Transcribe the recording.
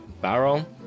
barrel